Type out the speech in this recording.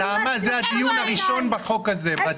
נעמה, זה הדיון הראשון בחוק הזה, בפרק הזה.